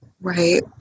Right